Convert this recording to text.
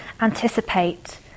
anticipate